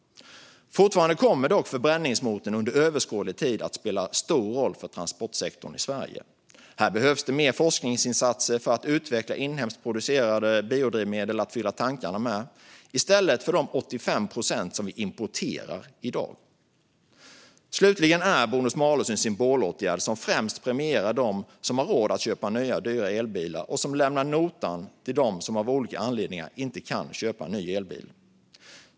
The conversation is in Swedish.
Fortfarande kommer dock förbränningsmotorn under överskådlig tid att spela en stor roll för transportsektorn i Sverige. Här behövs det mer forskningsinsatser för att utveckla inhemskt producerade biodrivmedel att fylla tankarna med i stället för de 85 procent som vi importerar i dag. Slutligen är bonus malus en symbolåtgärd som främst premierar dem som har råd att köpa nya dyra elbilar och som lämnar notan till dem som av olika anledningar inte kan köpa ny elbil.